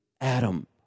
Adam